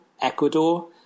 Ecuador